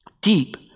Deep